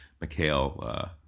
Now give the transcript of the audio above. mikhail